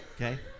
okay